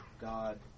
God